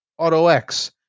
AutoX